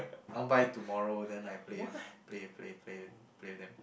I want buy tomorrow then like play with play play play play with them